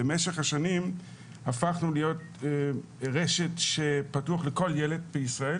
במשך השנים הפכנו להיות רשת שפתוחה לכל ילד בישראל,